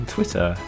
Twitter